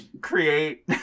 create